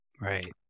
right